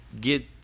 get